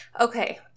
Okay